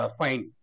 fine